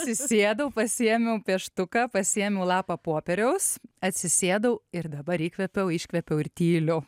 atsisėdau pasiėmiau pieštuką pasiėmiau lapą popieriaus atsisėdau ir dabar įkvėpiau iškvėpiau ir tyliu